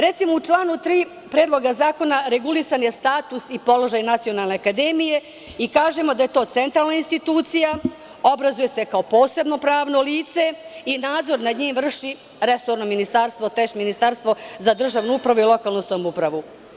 Recimo, u članu 3. Predloga zakona regulisan je status i položaj Nacionalne akademije i kažemo da je to centralna institucija, obrazuje se kao posebno pravno lice i nadzor nad njim vrši resorno ministarstvo, tj. Ministarstvo za državnu upravu i lokalnu samoupravu.